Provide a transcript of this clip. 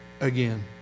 again